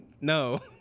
No